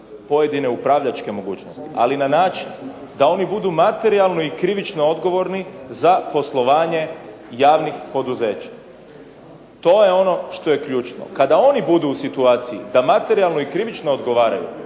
pojedine upravljačke mogućnosti. Ali na način da oni budu materijalno i krivično odgovorni za poslovanje javnih poduzeća. To je ono što je ključno. Kada oni budu u situaciji da materijalno i krivično odgovaraju